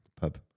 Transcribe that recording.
pub